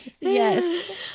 Yes